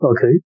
Okay